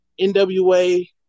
NWA